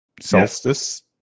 Solstice